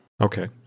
Okay